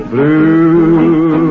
Blue